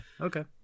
Okay